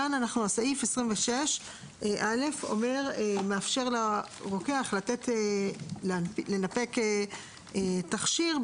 כאן סעיף 26(א) מאפשר לרוקח לנפק תכשיר,